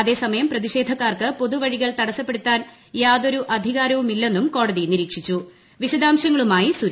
അതേസമയം പ്രതിഷേധക്കാർക്ക് പൊതുവഴികൾ തടസ്സപ്പെടുത്താൻ യാതൊരു അധികാരവുമില്ലെന്നും കോടതി നിരീക്ഷിച്ചു